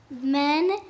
men